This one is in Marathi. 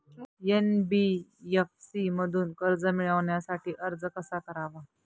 एन.बी.एफ.सी मधून कर्ज मिळवण्यासाठी अर्ज कसा करावा?